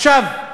עכשיו,